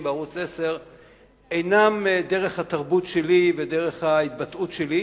בערוץ-10 אינם דרך התרבות שלי ודרך ההתבטאות שלי,